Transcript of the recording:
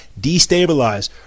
destabilize